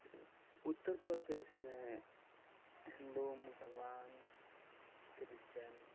اتر پردیش میں ہندو مسلمان کرسچین